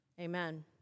Amen